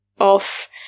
off